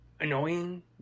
annoying